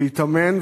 להתאמן,